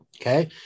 Okay